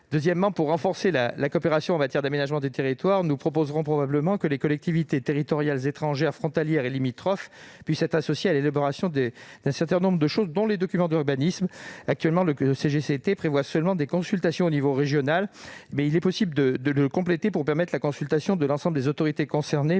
Deuxièmement, pour renforcer la coopération en matière d'aménagement du territoire, nous proposerons probablement que les collectivités territoriales étrangères frontalières et limitrophes puissent être associées à l'élaboration d'un certain nombre d'éléments, dont les documents d'urbanisme. Actuellement, le code général des collectivités territoriales prévoit seulement des consultations au niveau régional ; il est possible d'en compléter les dispositions pour assurer la consultation de l'ensemble des autorités concernées